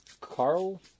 Carl